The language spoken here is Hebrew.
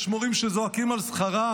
יש מורים שזועקים על שכרם,